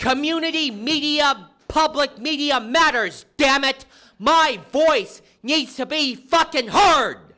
community media public media matters damn it my voice needs to be fuckin heard